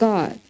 God